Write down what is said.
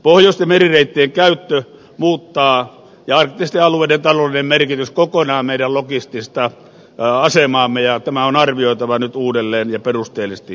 pohjoisten merireittien käyttö ja arktisten alueiden taloudellinen merkitys muuttavat kokonaan meidän logistista asemaamme ja tämä on arvioitava nyt uudelleen ja perusteellisesti